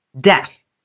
Death